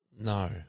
No